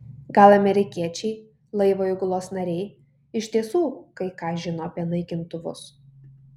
gal amerikiečiai laivo įgulos nariai iš tiesų kai ką žino apie naikintuvus